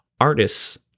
artists